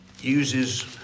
uses